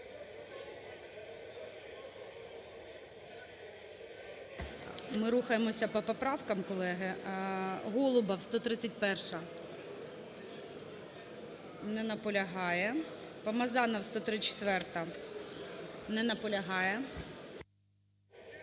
Ми рухаємося по поправках, колеги. Голубов, 131-а. Не наполягає. Помазанов, 134-а. Не наполягає.